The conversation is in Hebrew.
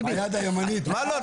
מה לא?